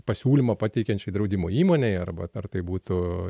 pasiūlymą pateikiančiai draudimo įmonei arba ar tai būtų